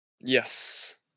Yes